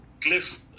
Cliff